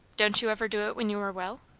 don't you ever do it when you are well?